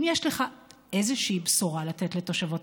אם יש לך איזושהי בשורה לתת לתושבות